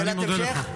שאלת המשך?